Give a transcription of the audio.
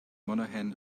monahan